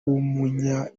w’umunya